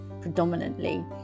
predominantly